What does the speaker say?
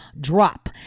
drop